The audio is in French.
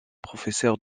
professeur